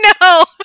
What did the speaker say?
No